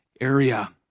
area